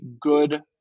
good